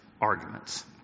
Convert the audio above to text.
arguments